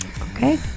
Okay